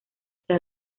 hacia